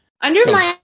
undermine